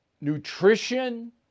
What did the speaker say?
nutrition